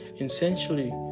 essentially